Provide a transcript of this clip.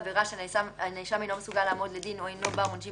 שהנאשם אינו מסוגל לעמוד לדין או אינו בר עונשין